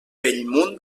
bellmunt